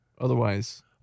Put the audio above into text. Otherwise